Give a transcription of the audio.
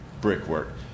brickwork